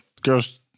Girls